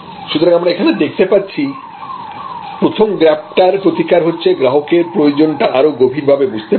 সুতরাং এখানে আমরা দেখতে পাচ্ছি প্রথম গ্যাপটা র প্রতিকার হচ্ছে গ্রাহকের প্রয়োজনটা আরো গভীরভাবে বুঝতে পারা